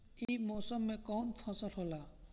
ई मौसम में कवन फसल होला?